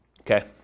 Okay